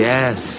Yes